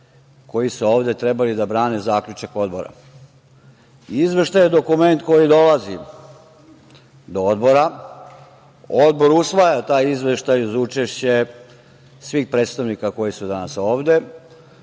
koji su ovde trebali da brane zaključak odbora. Izveštaj je dokument koji dolazi do odbora, odbor usvaja taj izveštaj uz učešće svih predstavnika koji su danas ovde